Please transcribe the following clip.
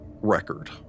record